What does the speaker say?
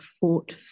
fought